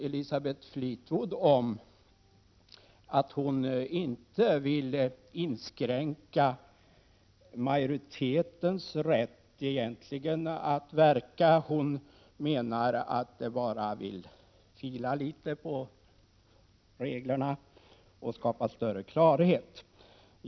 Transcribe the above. Elisabeth Fleetwood sade att hon egentligen inte ville inskränka majoritetens rätt att verka. Hon menade att man bara vill fila litet på reglerna och skapa större klarhet.